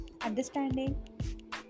understanding